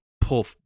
pull